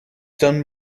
done